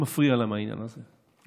מפריע להם העניין הזה,